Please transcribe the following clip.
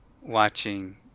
watching